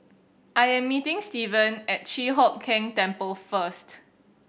I am meeting Stephen at Chi Hock Keng Temple first